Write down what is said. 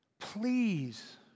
Please